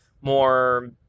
more